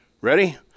ready